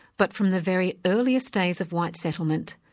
but from the very earliest days of white settlement,